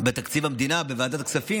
בתקציב המדינה בוועדת הכספים,